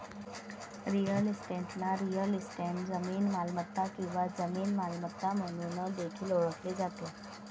real इस्टेटला real estate, जमीन मालमत्ता किंवा जमीन मालमत्ता म्हणून देखील ओळखले जाते